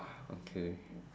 okay